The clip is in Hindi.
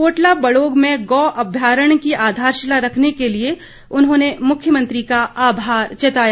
कोटला बड़ोग में गौ अभ्यारण्य की आधारशिला रखने के लिए उन्होंने मुख्यमंत्री का आभार जताया